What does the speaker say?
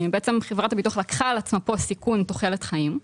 בעצם חברת הביטוח לקחה על עצמה פה סיכון תוחלת חיים.